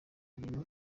ibintu